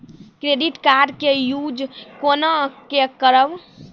Credit card के use कोना के करबऽ?